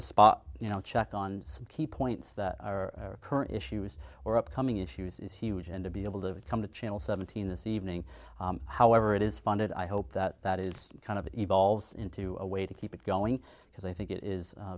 a spot you know check on some key points that are current issues or upcoming issues is huge and to be able to come to channel seventeen this evening however it is funded i hope that that is kind of evolves into a way to keep it going because i think it is